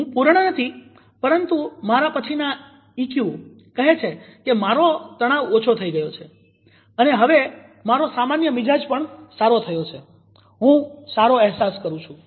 હું પૂર્ણ નથી પરંતુ મારા પછીના ઈક્યુ કહે છે કે મારો તણાવ ઓછો થઇ ગયો છે અને હવે મારો સામાન્ય મિજાજ પણ સારો થયો છે હું સારો અહેસાસ કરું છું